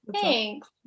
Thanks